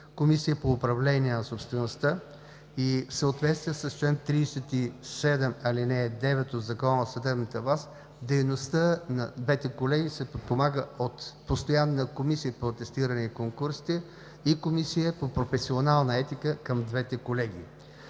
Комисия по управление на собствеността. В съответствие с чл. 37, ал. 9 от Закона за съдебната власт дейността на двете колегии се подпомага от Постоянна комисия по атестиране и конкурсите и Комисия по професионална етика към двете колегии.